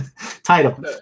title